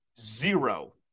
zero